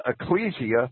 ecclesia